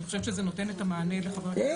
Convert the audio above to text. אני חושבת שזה נותן את המענה לחבר הכנסת